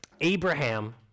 Abraham